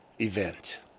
event